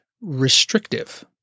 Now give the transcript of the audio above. restrictive